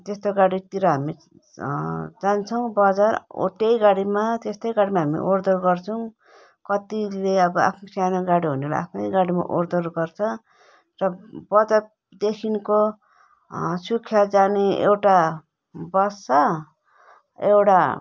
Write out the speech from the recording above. त्यस्तो गाडीतिर हामी जान्छौँ बजार हो त्यही गाडीमा त्यस्तै गाडीमा हामी ओहोर दोहर गर्छौँ कतिले अब आफ्नो सानो गाडी हुनेले आफ्नै गाडीमा ओहोर दोहोर गर्छ र बजारदेखिको सुखिया जाने एउटा बस छ एउटा